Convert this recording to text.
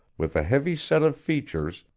with a heavy set of features,